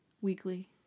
weekly